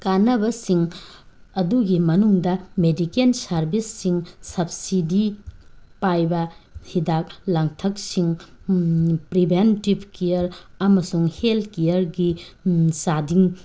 ꯀꯥꯟꯅꯕꯁꯤꯡ ꯑꯗꯨꯒꯤ ꯃꯅꯨꯡꯗ ꯃꯦꯗꯤꯀꯦꯜ ꯁꯥꯔꯕꯤꯁꯁꯤꯡ ꯁꯞꯁꯤꯗꯤ ꯄꯥꯏꯕ ꯍꯤꯗꯥꯛ ꯂꯥꯡꯊꯛꯁꯤꯡ ꯄ꯭ꯔꯤꯕꯦꯟꯇꯤꯞ ꯀꯦꯌꯥꯔ ꯑꯃꯁꯨꯡ ꯍꯦꯜ ꯀꯦꯌꯥꯔꯒꯤ ꯆꯥꯗꯤꯡ